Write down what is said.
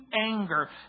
anger